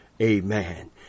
Amen